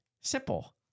Simple